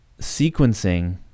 sequencing